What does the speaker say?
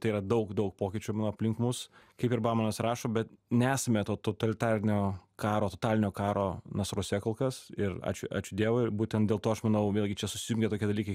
tai yra daug daug pokyčių aplink mus kaip ir baumanas rašo bet nesame to totalitarinio karo totalinio karo nasruose kol kas ir ačiū ačiū dievui ir būtent dėl to aš manau vėlgi čia susijungia tokie dalykai